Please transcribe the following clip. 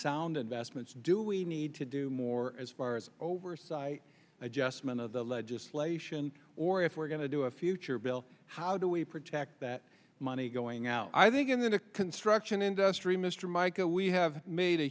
sound investments do we need to do more as far as oversight adjustment of the legislation or if we're going to do a future bill how do we protect that money going out i think in the construction industry mr mica we have made a